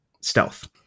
Stealth